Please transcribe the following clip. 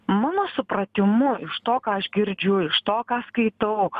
mano supratimu iš to ką aš girdžiu iš to ką skaitau